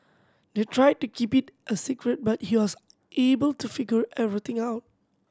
they tried to keep it a secret but he was able to figure everything out